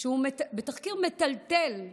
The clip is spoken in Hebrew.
בתחקיר מטלטל.